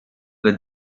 with